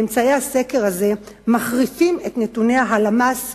ממצאי הסקר הזה מחריפים את נתוני הלשכה המרכזית